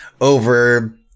over